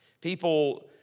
People